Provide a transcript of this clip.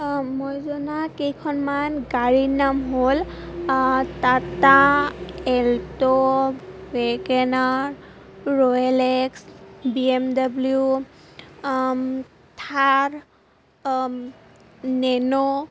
মই জনা কেইখনমান গাড়ীৰ নাম হ'ল Tata Alto WagonR Royal X B M W Thar নেন'